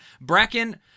Bracken